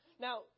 now